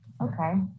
okay